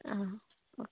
ആ ഓക്കേ